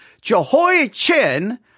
Jehoiachin